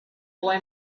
boy